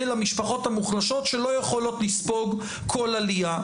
למשפחות המוחלשות שלא יכולות לספוג כל עלייה.